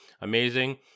Amazing